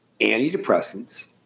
antidepressants